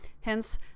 hence